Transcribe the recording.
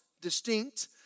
distinct